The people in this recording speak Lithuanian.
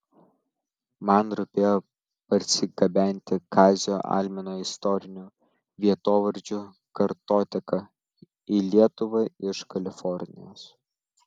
man rūpėjo parsigabenti kazio almino istorinių vietovardžių kartoteką į lietuvą iš kalifornijos